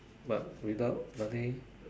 but without money